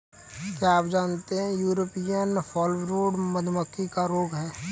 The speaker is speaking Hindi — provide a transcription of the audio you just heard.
क्या आप जानते है यूरोपियन फॉलब्रूड मधुमक्खी का रोग है?